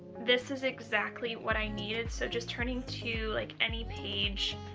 this is exactly what i needed so just turning to like any page.